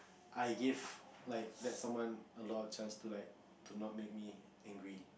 I give like that someone a lot of chances to like to not make me angry